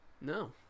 No